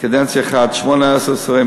קדנציה אחת, 18 שרים.